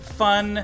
fun